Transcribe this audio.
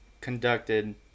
conducted